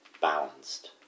balanced